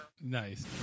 nice